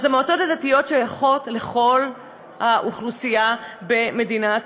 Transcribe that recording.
אז המועצות הדתיות שייכות לכל האוכלוסייה במדינת